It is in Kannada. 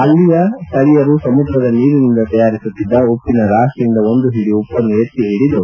ಅಲ್ಲಿಯ ಸ್ವಳೀಯರು ಸಮುದ್ರದ ನೀರಿನಿಂದ ತಯಾರಿಸುತ್ತಿದ್ದ ಉಪ್ಪಿನ ರಾಶಿಯಿಂದ ಒಂದು ಹಿಡಿ ಉಪ್ಪನ್ನು ಎತ್ತಿ ಹಿಡಿದು